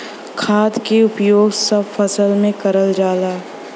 खाद क उपयोग सब फसल में करल जाला